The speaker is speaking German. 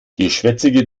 geschwätzige